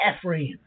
Ephraim